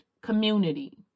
community